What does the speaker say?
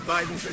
Biden